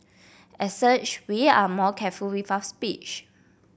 as such we are more careful with our speech